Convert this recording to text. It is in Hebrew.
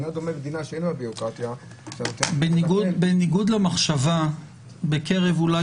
אינה דומה מדינה שאין לה ביורוקרטיה --- בניגוד למחשבה בקרב אולי